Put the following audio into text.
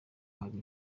hari